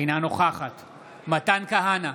אינה נוכחת מתן כהנא,